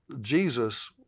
Jesus